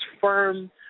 firm